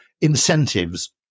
incentives